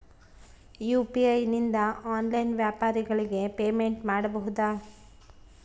UPI ನಿಂದ online ವ್ಯಾಪಾರಗಳಿಗೆ payment ಮಾಡಬಹುದಾ?